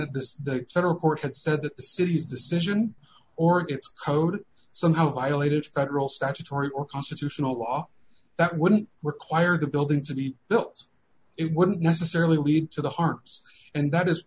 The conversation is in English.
that this federal court had said that the city's decision or its code somehow violated federal statutory or constitutional law that wouldn't require the building to be built it wouldn't necessarily lead to the harms and that is